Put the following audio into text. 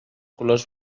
colors